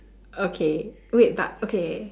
okay wait but okay